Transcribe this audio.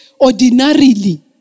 ordinarily